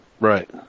Right